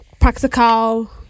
practical